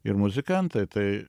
ir muzikantai tai